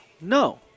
No